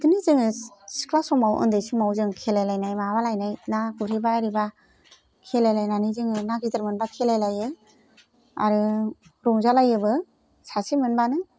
बिदिनो जोंङो सि सिख्ला समाव ओन्दै समाव जों खेलाय लायनाय माबालायनाय ना गुरहैबा हिरिबा खेलाय लायनानै जोङो ना गिदिर मोनबा खेलाय लायो आरो रंजालायोबो सासे मोनबानो